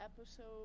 episode